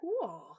cool